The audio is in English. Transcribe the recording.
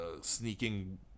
sneaking